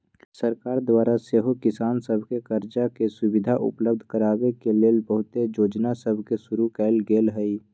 सरकार द्वारा सेहो किसान सभके करजा के सुभिधा उपलब्ध कराबे के लेल बहुते जोजना सभके शुरु कएल गेल हइ